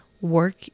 work